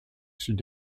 sud